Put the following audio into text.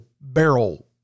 barrel